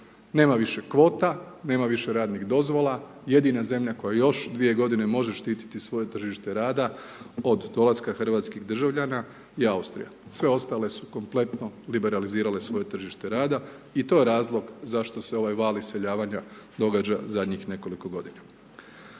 Nema više kvota, nema više radnih dozvola, jedina zemlja koja još dvije godine može štiti svoje tržište rada od dolaska Hrvatskih državljana je Austrija. Sve ostale su kompletno liberalizirale svoje tržište rada i to je razlog zašto se ovaj val iseljavanja događa zadnjih nekoliko godina.